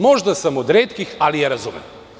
Možda sam od retkih, ali je razumem.